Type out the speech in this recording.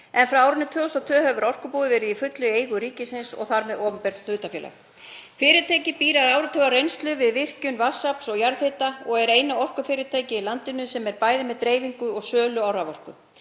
en frá árinu 2002 hefur orkubúið að fullu verið í eigu ríkisins og þar með opinbert hlutafélag. Fyrirtækið býr að áratugareynslu við virkjun vatnsafls og jarðhita og er eina orkufyrirtækið í landinu sem er bæði með dreifingu og sölu á raforku.